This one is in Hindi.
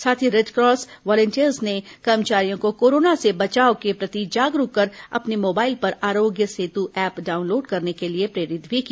साथ ही रेडक्रॉस वॉलेंटियर्स ने कर्मचारियों को कोरोना से बचाव के प्रति जागरूक कर अपने मोबाइल पर आरोग्य सेतु ऐप डाउनलोड करने के लिए प्रेरित भी किया